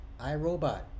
iRobot